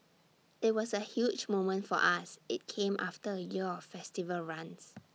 IT was A huge moment for us IT came after A year of festival runs